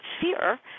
fear